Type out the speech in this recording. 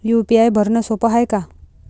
UPI भरनं सोप हाय का?